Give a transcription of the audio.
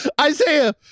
Isaiah